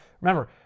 remember